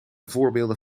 voorbeelden